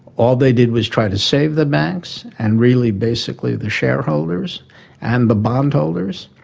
all they did was try to save the banks and really basically the shareholders and the bondholders,